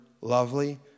lovely